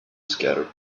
scattered